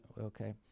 okay